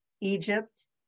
Egypt